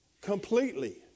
Completely